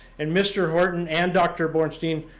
and mr. horton and dr. borenstein,